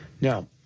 Now